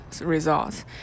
results